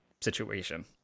situation